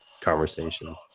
conversations